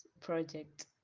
project